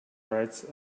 rights